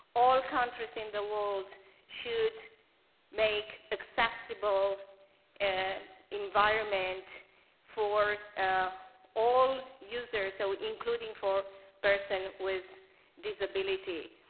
all countries in the world should make accessible and environment for ah all users, so including for person with disability.